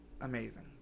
amazing